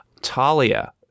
Talia